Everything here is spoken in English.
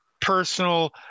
personal